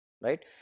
Right